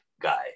guy